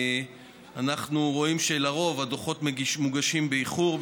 ואנחנו רואים שעל פי רוב הדוחות מוגשים באיחור,